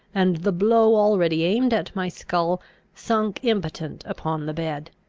and the blow already aimed at my skull sunk impotent upon the bed.